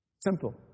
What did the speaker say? Simple